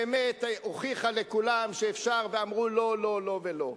והוכיחה לכולם שאפשר, אף שאמרו: לא, לא ולא.